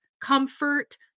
comfort